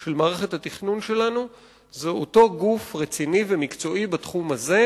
של מערכת התכנון שלנו היא אותו גוף רציני ומקצועי בתחום הזה,